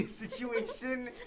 situation